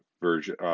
version